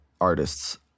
artists